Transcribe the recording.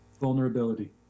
Vulnerability